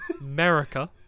America